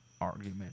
argument